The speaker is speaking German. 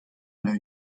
einer